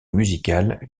musicale